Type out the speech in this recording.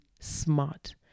smart